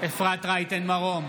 אפרת רייטן מרום,